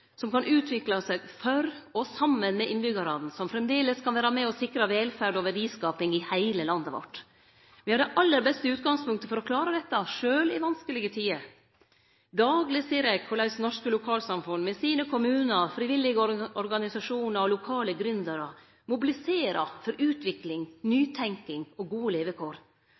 som kan utvikle seg for og saman med innbyggjarane, som framleis kan vere med og sikre velferd og verdiskaping i heile landet vårt. Me har det aller beste utgangspunktet for å klare dette, sjølv i vanskelege tider. Dagleg ser eg korleis norske lokalsamfunn, med sine kommunar, frivillige organisasjonar og lokale gründerar mobiliserer for utvikling, nytenking og gode levekår.